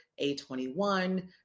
A21